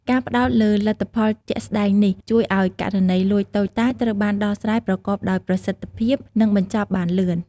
ការផ្តោតលើលទ្ធផលជាក់ស្តែងនេះ ជួយឲ្យករណីលួចតូចតាចត្រូវបានដោះស្រាយប្រកបដោយប្រសិទ្ធភាព និងបញ្ចប់បានលឿន។